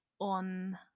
on